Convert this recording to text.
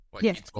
Yes